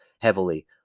heavily